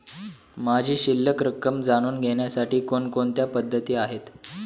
माझी शिल्लक रक्कम जाणून घेण्यासाठी कोणकोणत्या पद्धती आहेत?